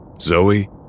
Zoe